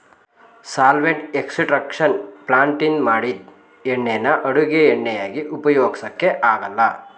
solvent extraction ಪ್ಲಾಂಟ್ನಿಂದ ಮಾಡಿದ್ ಎಣ್ಣೆನ ಅಡುಗೆ ಎಣ್ಣೆಯಾಗಿ ಉಪಯೋಗ್ಸಕೆ ಆಗಲ್ಲ